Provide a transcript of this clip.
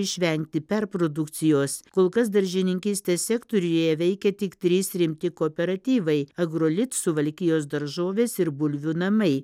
išvengti perprodukcijos kol kas daržininkystės sektoriuje veikia tik trys rimti kooperatyvai agrolit suvalkijos daržovės ir bulvių namai